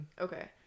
Okay